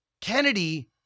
Kennedy